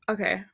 Okay